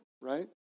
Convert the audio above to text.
right